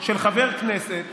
של חבר כנסת